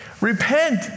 Repent